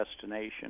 destination